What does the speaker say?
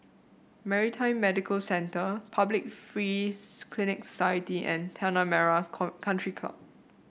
Maritime Medical Centre Public Free Clinic Society and Tanah Merah Co Country Club